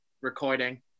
recording